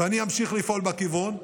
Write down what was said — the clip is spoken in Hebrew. ואני אמשיך לפעול בכיוון.